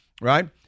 right